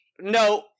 No